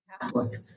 Catholic